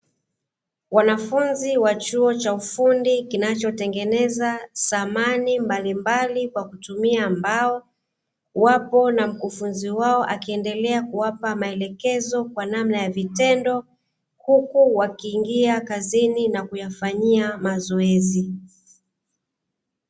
Wanafunzi wa chuo cha ufundi kinachotengeneza samani mbalimbali kwa kutumia mbao, wapo na mkufunzi wao akiendelea kuwapa maelekezo kwa namna ya vitendo huku wakiingia kazini na kuyafanyia mazoezi.